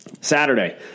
Saturday